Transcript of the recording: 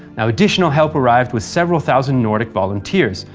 additional help arrived with several thousand nordic volunteers,